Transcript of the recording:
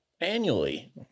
annually